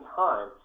time